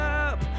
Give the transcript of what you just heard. up